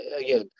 again